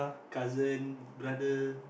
cousin brother